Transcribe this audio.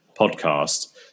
podcast